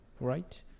right